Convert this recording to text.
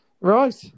Right